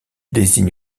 désigne